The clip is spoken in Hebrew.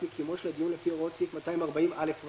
מקיומו של הדיון לפי הוראות סעיף 240א,